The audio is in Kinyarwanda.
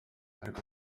ariko